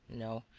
no,